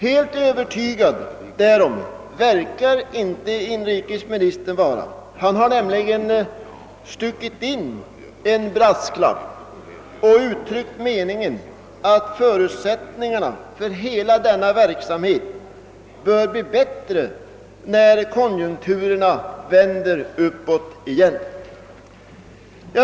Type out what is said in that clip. Helt övertygad därom förefaller inte inrikesministern vara. Han har nämligen stuckit in en brasklapp och uttryckt meningen att förutsättningarna för hela denna verksamhet bör bli bättre, när konjunkturerna vänder uppåt igen.